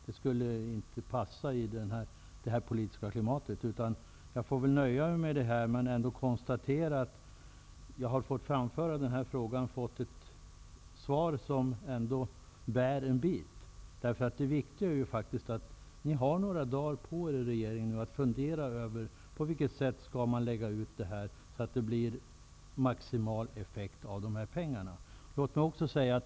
Det skulle inte passa i det här politiska klimatet. Jag får väl nöja mig med vad som sagts här. Jag har i varje fall fått framföra min fråga och fått ett svar som bär åtminstone en bit. Det viktiga är faktiskt att ni i regeringen har några dagar på er att fundera över på vilket sätt det här skall läggas ut, så att investeringarna får maximal effekt.